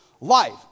life